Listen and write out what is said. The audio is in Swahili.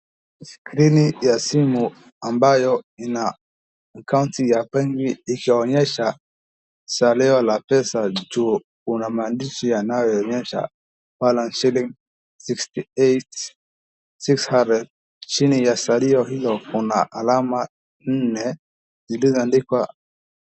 Skrini ya simu ambayo ina akaunti ya benki ikionyesha salio la pesa juu kuna maandishi yanayoonyesha balance shilling sixty eight, six hundred chini ya salio hilo kuna alama nne zilizoandikwa.